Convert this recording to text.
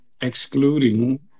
excluding